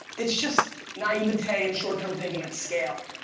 it's just naivete and short-term thinking at scale.